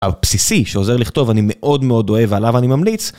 הבסיסי שעוזר לכתוב, אני מאוד מאוד אוהב עליו, אני ממליץ.